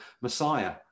Messiah